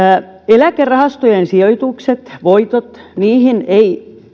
eläkerahastojen sijoitukset voitot niihin ei